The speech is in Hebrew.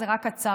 זו רק הצהרה,